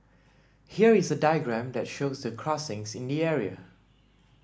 here is a diagram that shows the crossings in the area